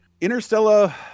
Interstellar